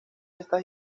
estas